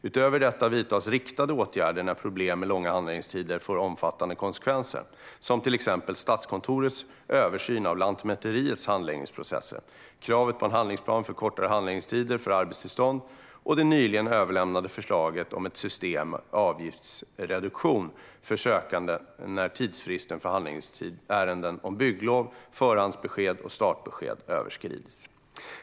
Utöver detta vidtas riktade åtgärder när problem med långa handläggningstider får omfattande konsekvenser. Exempel på det är Statskontorets översyn av Lantmäteriets handläggningsprocesser, kravet på en handlingsplan för kortare handläggningstider för arbetstillstånd och det nyligen överlämnade förslaget om ett system med avgiftsreduktion för sökande när tidsfristen för handläggningsärenden om bygglov, förhandsbesked och startbesked överskrids.